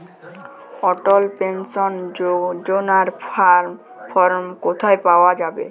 অটল pension যোজনার form কোথায় পাওয়া যাবে?